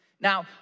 Now